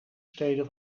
steden